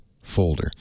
folder